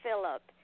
Philip